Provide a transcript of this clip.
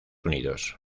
unidos